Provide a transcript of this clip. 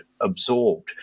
absorbed